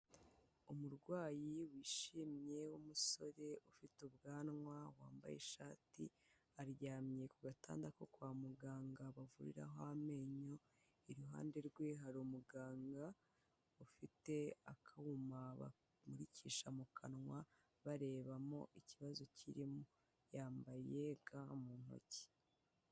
Umurwayi wishimye w'umusore ufite ubwanwa wambaye ishati, aryamye ku gatanda ko kwa muganga bavuriraho amenyo, iruhande rwe hari umuganga ufite akuma bamurikisha mu kanwa barebamo ikibazo kirimo, yambaye ga mu ntoki.